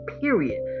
period